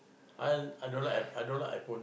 I I don't like I don't like iPhone